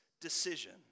decision